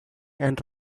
and